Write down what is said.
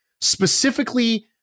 specifically